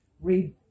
read